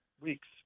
weeks